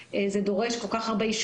ואני אנסה לפעם הבאה לסדר את מרכיב